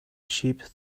sheep